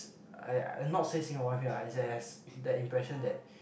I I not say Singapore feel it has that impression that